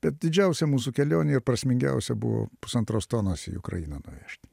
bet didžiausia mūsų kelionė ir prasmingiausia buvo pusantros tonos į ukrainą nuvežt